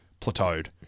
plateaued